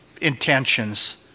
intentions